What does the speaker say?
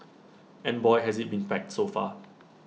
and boy has IT been packed so far